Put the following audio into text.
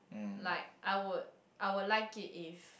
like I would I would like it if